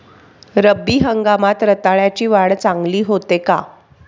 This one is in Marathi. रब्बी हंगामात रताळ्याची वाढ चांगली होते का?